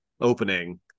opening